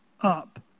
up